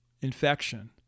infection